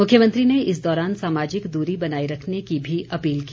मुख्यमंत्री ने इस दौरान सामाजिक दूरी बनाए रखने की भी अपील की